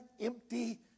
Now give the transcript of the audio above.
empty